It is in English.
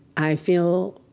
i feel